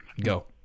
go